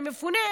אני מפונה,